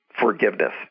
forgiveness